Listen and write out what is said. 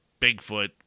Bigfoot